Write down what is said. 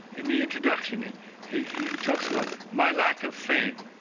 in the introduction he he talks about my lack of fame